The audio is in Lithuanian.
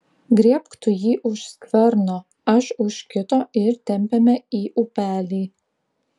griebk tu jį už skverno aš už kito ir tempiame į upelį